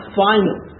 final